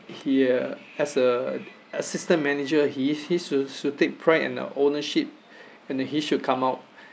he uh as a assistant manager he is he should should take pride and uh ownership and then he should come out